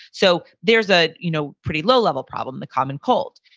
so there's a you know pretty low level problem, the common cold.